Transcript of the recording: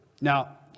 Now